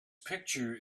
picture